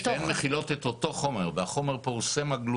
אבל בעיקר טכנולוגיות: ה-Flash וגם המערכת ההיברידית.